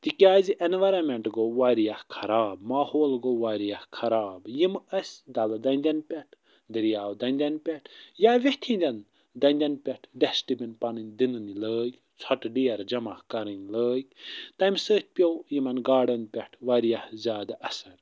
تِکیٛازِ اینوارمٮ۪نٛٹ گوٚو وارِیاہ خراب ماحول گوٚو وارِیاہ خراب یِمہٕ اَسہِ دلہٕ دَنٛدٮ۪ن پٮ۪ٹھ دٔریاو دنٛدٮ۪ن پٮ۪ٹھ یا ویٚتھِ ہٕنٛدٮ۪ن دنٛدٮ۪ن پٮ۪ٹھ ڈٮ۪سٹہٕ بِن پنٕنۍ دِننہِ لٲگۍ ژھۅٹہٕ ڈیرٕ جمح کَرٕنۍ لٲگۍ تَمہِ سۭتۍ پٮ۪وو یِمن گاڈن پٮ۪ٹھ وارِیاہ زیادٕ اثر